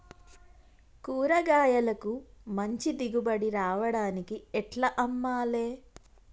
కూరగాయలకు మంచి దిగుబడి రావడానికి ఎట్ల అమ్మాలే?